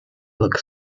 look